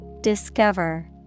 Discover